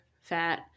fat